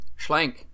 Schlank